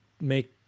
make